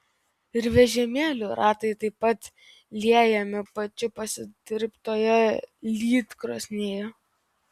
ir vežimėlių ratai taip pat liejami pačių pasidirbtoje lydkrosnėje